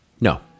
No